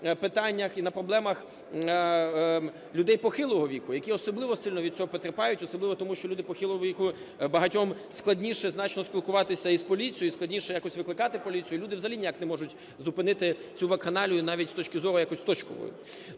питаннях і на проблемах людей похилого віку, які особливо сильно від цього потерпають, особливо тому, що люди похилого віку, багатьом складніше значно спілкуватися із поліцією і складніше якось викликати поліцію. Люди взагалі ніяк не можуть зупинити цю вакханалію навіть з точки зору якось точкової.